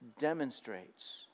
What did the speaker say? demonstrates